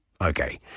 Okay